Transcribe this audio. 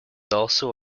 also